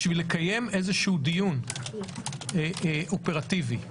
כדי לקיים דיון אופרטיבי.